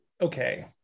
okay